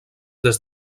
des